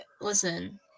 listen